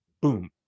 boom